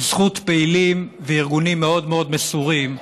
שבזכות פעילים וארגונים מאוד מאוד מסורים,